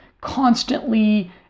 constantly